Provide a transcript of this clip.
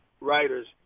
writers